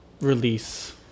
release